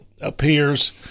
appears